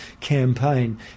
campaign